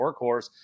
workhorse